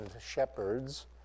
shepherds